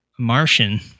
martian